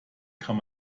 kann